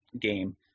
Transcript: game